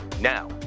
now